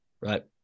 right